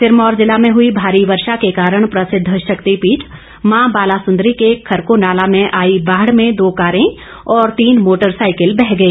सिरमौर जिला में हुई भारी वर्षा के कारण प्रसिद्ध शक्तिपीठ मां बालासुंदरी के खरको नाला में आई बाढ़ में दो कारें और तीन मोटर साइकल बह गए